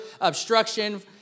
obstruction